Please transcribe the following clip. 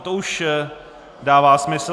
To už dává smysl.